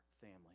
family